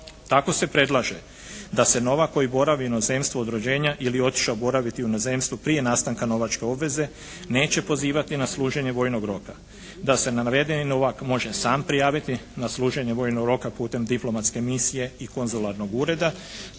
Tako se predlaže da se novak koji boravi u inozemstvu od rođenja ili je otišao boraviti u inozemstvo prije nastanka novačke obveze neće pozivati na služenje vojnog roka, da se navedeni novak može sam prijaviti na služenje vojnog roka putem diplomatske misije i konzularnog ureda,